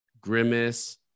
Grimace